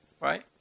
right